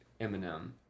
Eminem